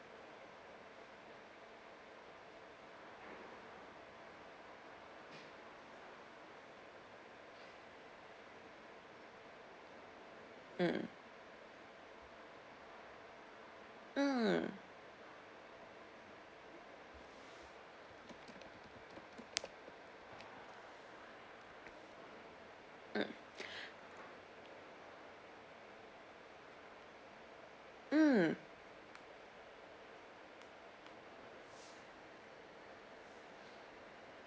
mm mm mm mm